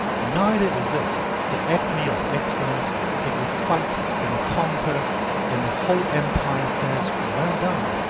neither is it the acme of excellence if you fight and conquer and the whole empire says, well done!